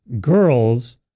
Girls